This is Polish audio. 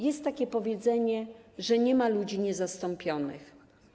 Jest takie powiedzenie: nie ma ludzi niezastąpionych.